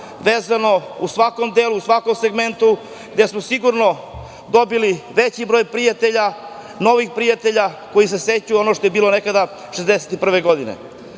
vezano u svakom delu, u svakom segmentu, gde smo sigurno dobili veći broj prijatelja, novih prijatelja koji se sećaju onoga što je bilo nekada 1961. godine. Još